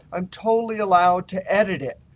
i'm totally allowed to edit it.